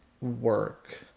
work